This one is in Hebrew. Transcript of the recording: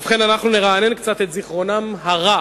ובכן, אנחנו נרענן קצת את זיכרונם הרע